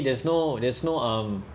there's no there's no um